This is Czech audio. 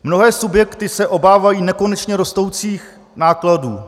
Mnohé subjekty se obávají nekonečně rostoucích nákladů.